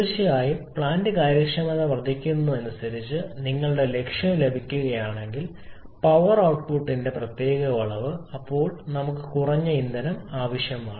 തീർച്ചയായും പ്ലാന്റ് കാര്യക്ഷമത വർദ്ധിക്കുന്നതിനനുസരിച്ച് നിങ്ങളുടെ ലക്ഷ്യം ലഭിക്കുകയാണെങ്കിൽ പവർ ഔട്ട്പുട്ടിന്റെ പ്രത്യേക അളവ് അപ്പോൾ നമുക്ക് കുറഞ്ഞ ഇന്ധനം ആവശ്യമാണ്